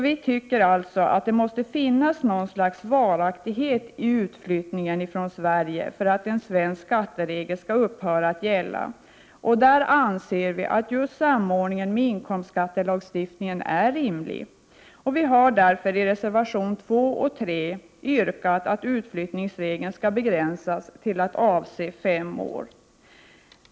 Vi tycker alltså att det måste finnas något slags varaktighet i flyttningen från Sverige för att svenska skatteregler skall 53 upphöra att gälla, och där anser vi att just samordningen med inkomstskattelagstiftningen är rimlig. Vi har därför i reservationerna 2 och 3 yrkat att utflyttningsregeln skall begränsas till att avse fem år.